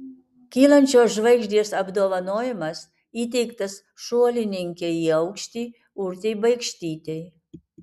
kylančios žvaigždės apdovanojimas įteiktas šuolininkei į aukštį urtei baikštytei